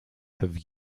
have